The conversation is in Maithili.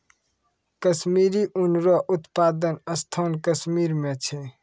कश्मीरी ऊन रो उप्तादन स्थान कश्मीर मे छै